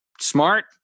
smart